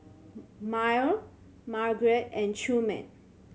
Myrle Margarett and Truman